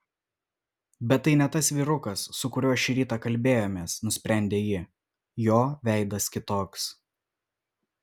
bet tai ne tas vyrukas su kuriuo šį rytą kalbėjomės nusprendė ji jo veidas kitoks